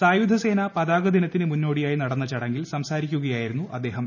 സായുധ സേനാ പതാകദിനത്തിന് മുന്നോടിയായി നടന്ന ചടങ്ങിൽ സംസാരിക്കുകയായിരുന്നു അദ്ദേഹം